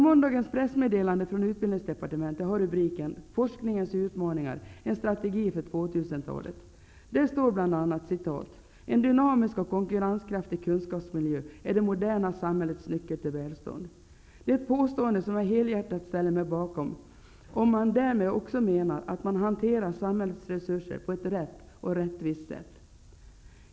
Måndagens pressmeddelande från utbildningsdepartementet har rubriken talet. Där står bl.a.: ''En dynamisk och konkurrenskraftig kunskapsmiljö är det moderna samhällets nyckel till välstånd.'' Det är ett påstående som jag helhjärtat ställer mig bakom om man därmed också menar att samhällets resurser skall hanteras på ett rätt och rättvist sätt.